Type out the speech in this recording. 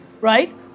right